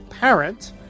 Parent